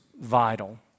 vital